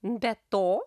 be to